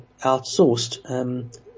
outsourced